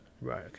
right